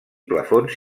plafons